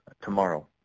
tomorrow